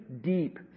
deep